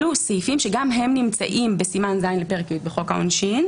אלה סעיפים שגם הם נמצאים בסימן ז' לפרק י' בחוק העונשין,